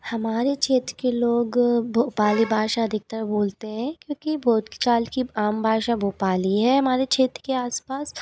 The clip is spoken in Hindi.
हमारे क्षेत्र के लोग भोपाली भाषा अधिकतर बोलते है क्योंकि बोलचाल कि आम भाषा भोपाली है हमारे क्षेत्र के आस पास